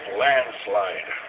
landslide